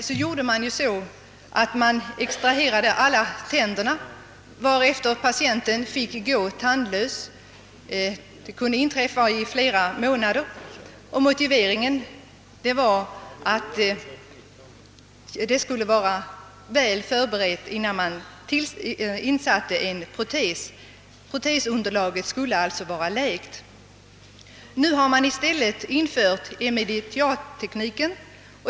Tidigare gjorde man så att man extraherade alla tänderna, varefter patienten fick gå tandlös, ibland i flera månader. Motiveringen var att protesunderlaget skulle vara läkt innan någon protes kunde framställas. Nu har man i stället infört immediat-tekniken.